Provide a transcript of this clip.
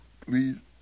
Please